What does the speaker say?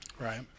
Right